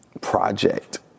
project